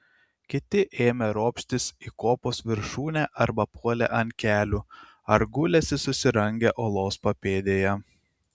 kiti ėmė ropštis į kopos viršūnę arba puolė ant kelių ar gulėsi susirangę uolos papėdėje